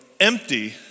empty